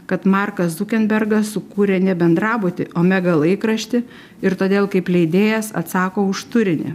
kad markas zukenbergas sukūrė ne bendrabutį o mega laikraštį ir todėl kaip leidėjas atsako už turinį